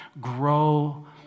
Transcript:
Grow